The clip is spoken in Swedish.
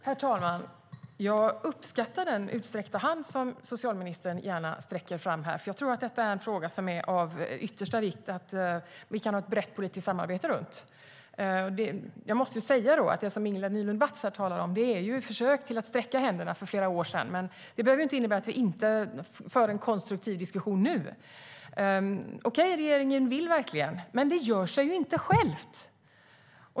Herr talman! Jag uppskattar den utsträckta hand som socialministern gärna ger, för jag tror att det är av yttersta vikt att vi kan ha ett brett politiskt samarbete runt denna fråga. Jag måste säga att det som Ingela Nylund Watz talar om är försök till att sträcka ut händerna för flera år sedan. Men det behöver ju inte innebära att vi inte för en konstruktiv diskussion nu. Okej, regeringen vill verkligen. Men det gör sig inte självt.